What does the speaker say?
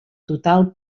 total